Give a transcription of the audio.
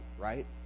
right